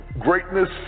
greatness